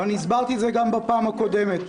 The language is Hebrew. הסברתי את זה גם בפעם הקודמת.